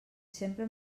sempre